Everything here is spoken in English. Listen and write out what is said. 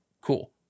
Cool